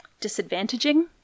disadvantaging